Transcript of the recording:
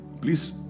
please